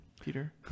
Peter